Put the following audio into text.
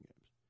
games